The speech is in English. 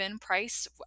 price